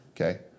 okay